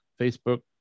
facebook